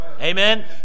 amen